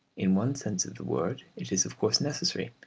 in one sense of the word it is of course necessary,